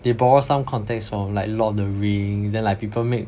they borrow some context from like Lord of the Rings then like people make